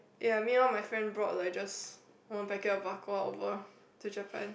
ya me all my friend brought like just one packet of Bak Kwa over to Japan